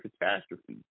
catastrophe